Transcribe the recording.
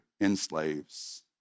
enslaves